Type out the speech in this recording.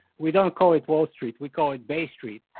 we don't call it wall street we call it bay street.